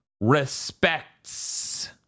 respects